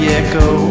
echo